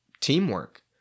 teamwork